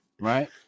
right